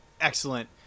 Excellent